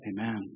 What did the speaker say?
Amen